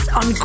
on